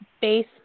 base